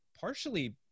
partially